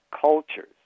cultures